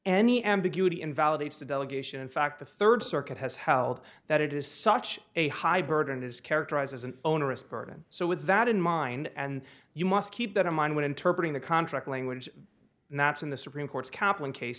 any ambiguity invalidates the delegation in fact the third circuit has held that it is such a high burden it is characterized as an onerous burden so with that in mind and you must keep that in mind when interpreted the contract language and that's in the supreme court's kaplan case